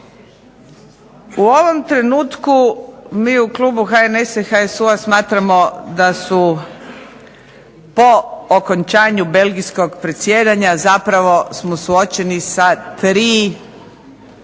U ovom trenutku mi u klubu HNS-HSU-a smatramo da su po okončanju belgijskog predsjedanja zapravo smo suočeni sa 3